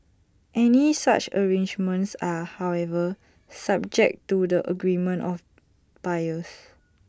any such arrangements are however subject to the agreement of buyers